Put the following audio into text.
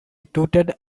tooted